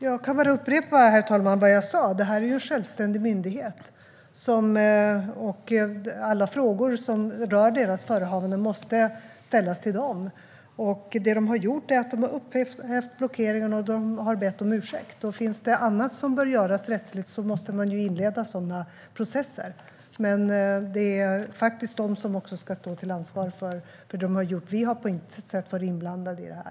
Herr talman! Jag kan bara upprepa vad jag sa: Detta är en självständig myndighet, och alla frågor som rör dess förehavanden måste ställas till den. Det man har gjort är att upphäva blockeringarna och be om ursäkt. Finns det annat som bör göras rättsligt måste ju sådana processer inledas, men det är faktiskt myndigheten som ska stå till svars för vad den har gjort. Vi har på intet sätt varit inblandade i detta.